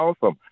awesome